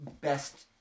best